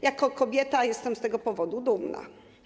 Jako kobieta jestem z tego powodu dumna.